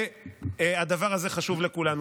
הדבר הזה חשוב לכולנו.